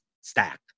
stack